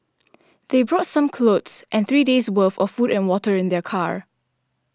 they brought some clothes and three days' worth of food and water in their car